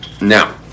Now